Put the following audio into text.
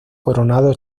coronado